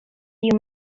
you